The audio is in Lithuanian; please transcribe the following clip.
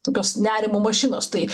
tokios nerimo mašinos tai